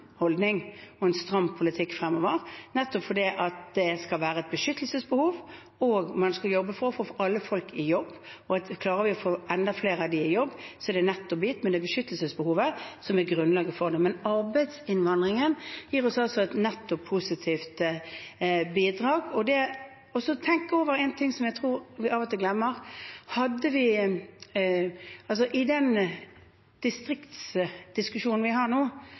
holdning og en stram politikk fremover, nettopp fordi det skal være et beskyttelsesbehov, og man skal jobbe for å få alle i jobb. Klarer vi å få enda flere av dem i jobb, er det en nettobit, men det er beskyttelsesbehovet som er grunnlaget. Arbeidsinnvandringen gir oss altså et netto positivt bidrag. Tenk over én ting som jeg tror vi av og til glemmer i den distriktsdiskusjonen vi har nå: